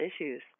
issues